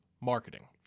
marketing